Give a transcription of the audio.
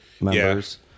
members